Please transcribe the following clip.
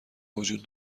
وجود